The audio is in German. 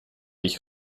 ich